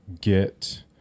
get